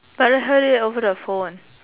but I heard it over the phone